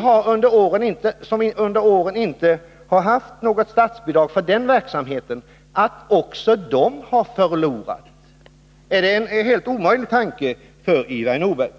har gjort förluster som under åren efter 1976 inte har haft statsbidrag för den verksamheten? Är det en alldeles omöjlig tanke för Ivar Nordberg?